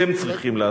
אתם צריכים לעשות.